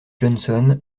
johnson